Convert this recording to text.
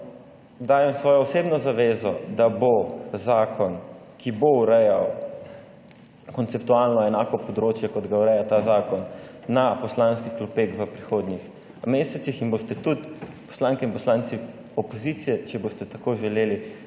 dajem svojo osebno zavezo, da bo zakon, ki bo urejal konceptualno enako področje, kot ga ureja ta zakon, na poslanskih klopeh v prihodnjih mesecih in boste tudi poslanke in poslanci opozicije, če boste tako želeli,